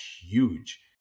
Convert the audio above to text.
huge